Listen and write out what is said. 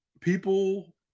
People